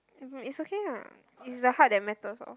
it's okay ah it's the heart that matters orh